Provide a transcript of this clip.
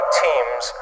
teams